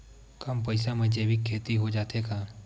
कम पईसा मा जैविक खेती हो जाथे का?